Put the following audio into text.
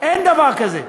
אין דבר כזה.